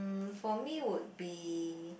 for me would be